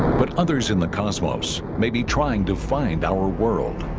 but others in the cosmos may be trying to find our world